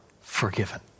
forgiven